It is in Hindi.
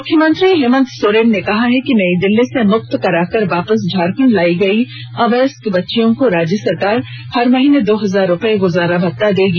मुख्यमंत्री हेमंत सोरेन ने कहा है कि नयी दिल्ली से मुक्त कराकर वापस झारखण्ड लायी गयी अवयस्क बच्चियों को राज्य सरकार हर महीने दो हजार रुपये गुजारा भत्ता देगी